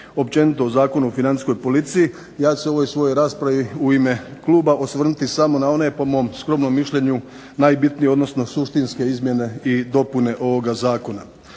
općenito o Zakonu o financijskoj policiji, ja se u ovoj svojoj raspravi u ime kluba osvrnuti samo na one po mom skromnom mišljenju najbitnije odnosno suštinske izmjene i dopune ovoga zakona.